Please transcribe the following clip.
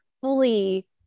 fully